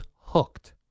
hooked